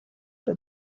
the